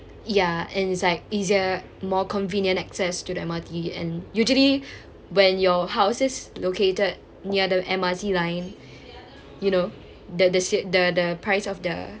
ya and it's like easier more convenient access to the M_R_T and usually when your house is located near the M_R_T line you know the the s~ the the price of the